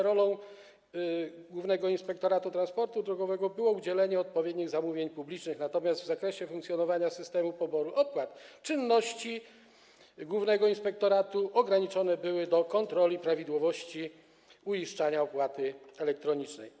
Rolą Głównego Inspektoratu Transportu Drogowego było udzielenie odpowiednich zamówień publicznych, natomiast w zakresie funkcjonowania systemu poboru opłat czynności głównego inspektoratu ograniczone były do kontroli prawidłowości uiszczania opłaty elektronicznej.